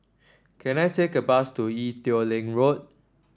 can I take a bus to Ee Teow Leng Road